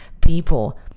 people